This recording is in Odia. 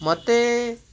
ମୋତେ